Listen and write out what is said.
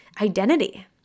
identity